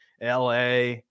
LA